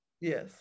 Yes